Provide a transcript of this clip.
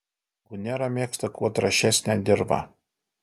gunera mėgsta kuo trąšesnę dirvą